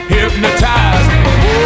Hypnotized